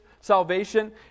salvation